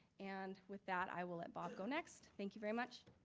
and with that, i will let bob go next. thank you very much.